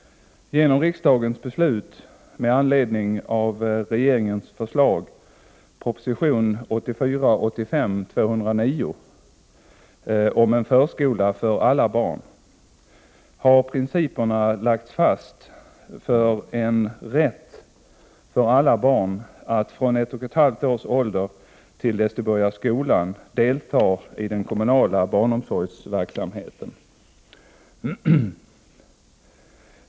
Genom riksdagens beslut med anledning av regeringens förslag (proposition 1984 2-års ålder till dess de börjar skolan delta i den kommunala barnomsorgsverksamheten.